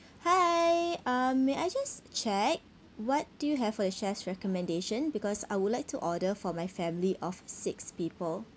hi um may I just check what do you have for chef's recommendation because I would like to order for my family of six people